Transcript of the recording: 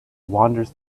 wanders